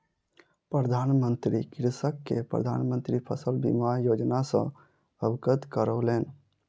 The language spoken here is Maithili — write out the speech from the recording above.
प्रधान मंत्री कृषक के प्रधान मंत्री फसल बीमा योजना सॅ अवगत करौलैन